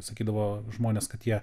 sakydavo žmonės kad jie